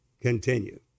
continue